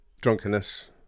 drunkenness